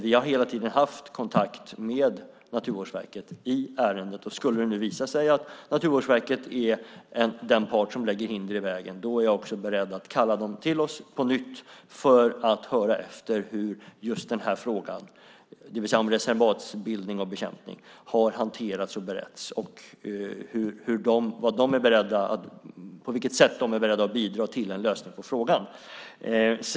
Vi har hela tiden haft kontakt med Naturvårdsverket i ärendet. Skulle det visa sig att Naturvårdsverket är den part som lägger hinder i vägen är jag också beredd att kalla dem till oss på nytt för att höra efter hur frågan om reservatsbildning och bekämpning har hanterats och beretts och på vilket sätt de är beredda att bidra till en lösning av frågan.